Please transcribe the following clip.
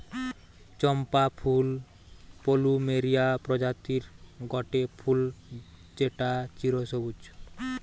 চম্পা ফুল প্লুমেরিয়া প্রজাতির গটে ফুল যেটা চিরসবুজ